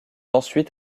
ensuite